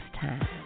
time